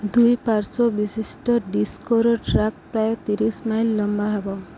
ଦୁଇ ପାର୍ଶ୍ୱ ବିଶିଷ୍ଟ ଡିସ୍କର୍ ଟ୍ରାକ୍ ପ୍ରାୟ ତିରିଶ ମାଇଲ୍ ଲମ୍ବା ହେବ